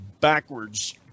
backwards